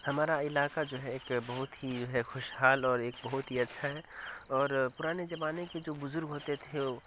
ہمارا علاکہ جو ہے ایک بہت ہی جو ہے خوشحال اور ایک بہت ہی اچھا ہے اور پرانے جبانے کے جو بزرگ ہوتے تھے